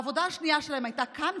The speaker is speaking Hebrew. העבודה השנייה שלהם הייתה כאן,